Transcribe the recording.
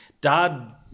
Dad